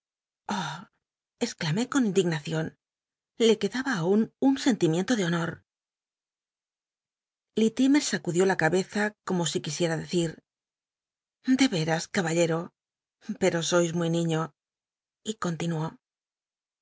exclamé con indignacion le quedaba aun un sentimiento de honor litlimcr s lcudió la cabeza como si quisicm decir u de cras caballero pero sois muy niño y continuó